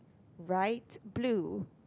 right blue